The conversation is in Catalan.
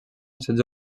setze